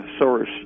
source